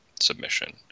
submission